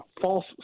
false